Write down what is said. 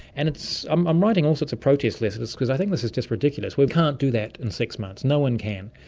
and i'm i'm writing all sorts of protest letters because i think this is just ridiculous. we can't do that in six months, no-one can.